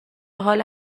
حال